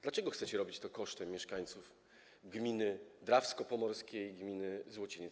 Dlaczego chcecie robić to kosztem mieszkańców gmin Drawsko Pomorskie i Złocieniec?